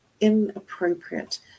inappropriate